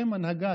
לשם הנהגה,